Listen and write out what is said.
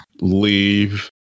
leave